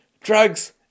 drugs